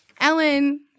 Ellen